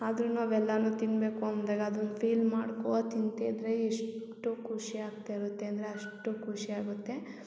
ಆದರು ನಾವು ಎಲ್ಲಾನು ತಿನ್ನಬೇಕು ಅಂದಾಗ ಅದರು ಫೀಲ್ ಮಾಡ್ಕೋ ತಿಂತಿದ್ದರೆ ಎಷ್ಟು ಖುಷಿ ಆಗ್ತಾ ಇರುತ್ತೆ ಅಂದರೆ ಅಷ್ಟು ಖುಷಿ ಆಗುತ್ತೆ